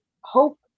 hope